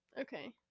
Okay